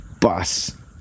bus